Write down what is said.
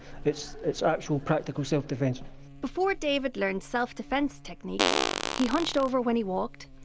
it's it's actual practical self-defence before david learned self-defence techniques he hunched over when he walked,